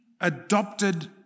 adopted